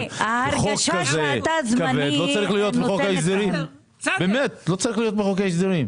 כבד כזה לא צריך להיות בחוק ההסדרים.